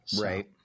Right